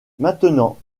maintenant